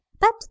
But